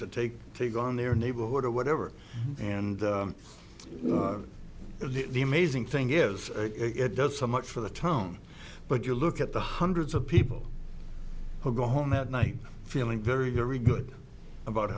to take take on their neighborhood or whatever and the amazing thing is it does so much for the town but you look at the hundreds of people who go home that night feeling very very good about